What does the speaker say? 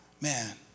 man